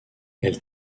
elle